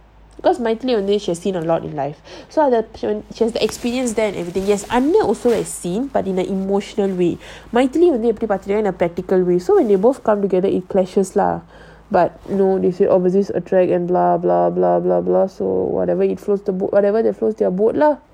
because only she has seen a lot in life so after that she was she has the experience then everything yes I'm not but in the emotional way மைதிலிவந்து:mythili vandhu in a practical way so when you both come together it clashes lah but you know they say opposites attract and blah blah blah blah blah so whatever whatever lah